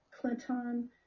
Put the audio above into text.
Clinton